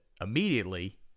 immediately